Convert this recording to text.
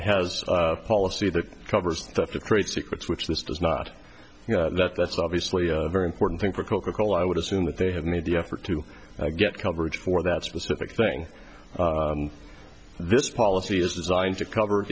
has a policy that covers theft of trade secrets which this does not that that's obviously a very important thing for coca cola i would assume that they have made the effort to get coverage for that specific thing this policy is designed to cover